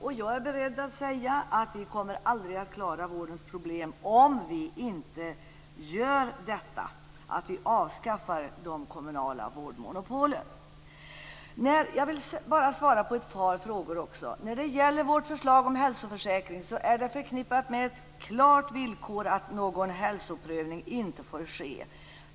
Och jag är beredd att säga att vi aldrig kommer att klara vårdens problem om vi inte avskaffar de kommunala vårdmonopolen. Jag vill svara på ett par frågor. När det gäller vårt förslag om en hälsoförsäkring är det förknippat med ett klart villkor att någon hälsoprövning inte får ske.